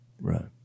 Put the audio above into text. Right